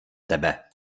tebe